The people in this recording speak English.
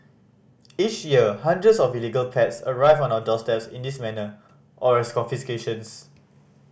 each year hundreds of illegal pets arrive at our doorsteps in this manner or as confiscations